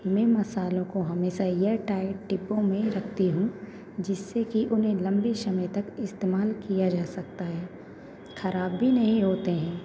मैं मसालों को हमेशा एयर टाइट डिब्बों में रखती हूँ जिससे कि उन्हें लंबे समय तक इस्तेमाल किया जा सकता है ख़राब भी नहीं होते हैं